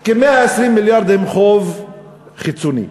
כ-120 מיליארדים חוב חיצוני.